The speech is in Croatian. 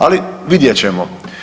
Ali vidjet ćemo.